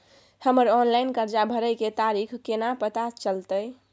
हमर ऑनलाइन कर्जा भरै के तारीख केना पता चलते?